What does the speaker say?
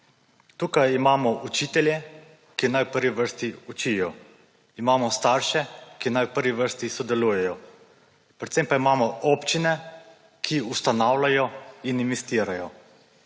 Tukaj imamo učitelje, ki naj v prvi vrsti učijo, imamo starše, ki naj v prvi vrsti sodelujejo, predvsem pa imamo občine, ki ustanavljajo in investirajo.